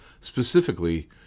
specifically